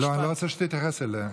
לא, אני לא רוצה שתתייחס אליה.